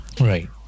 Right